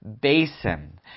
basin